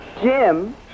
Jim